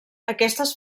aquestes